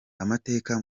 amateka